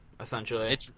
essentially